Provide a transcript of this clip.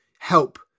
help